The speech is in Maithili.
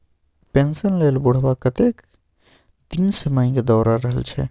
पेंशन लेल बुढ़बा कतेक दिनसँ बैंक दौर रहल छै